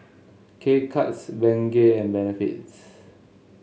K Cuts Bengay and Benefits